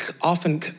often